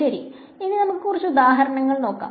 ശരി ഇനി നമുക്ക് കുറച്ചു ഉദാഹരണങ്ങൾ നോക്കാം